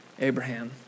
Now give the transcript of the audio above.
Abraham